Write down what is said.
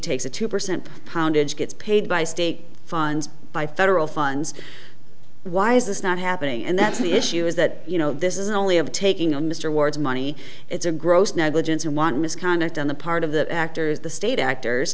takes a two percent poundage gets paid by state funds by federal funds why is this not happening and that's the issue is that you know this isn't only of taking on mr ward's money it's a gross negligence and want misconduct on the part of the actors the state actors